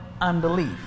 unbelief